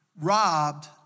robbed